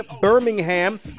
Birmingham